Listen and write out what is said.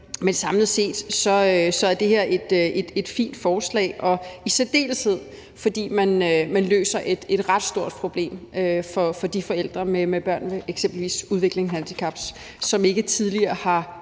Men samlet set er det her et fint forslag, i særdeleshed fordi man løser et ret stort problem for de forældre med børn med eksempelvis udviklingshandicap, som ikke tidligere har